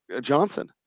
Johnson